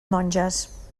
monges